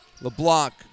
LeBlanc